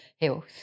health